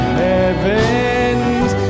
heavens